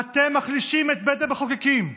אתם מחלישים את בית המחוקקים,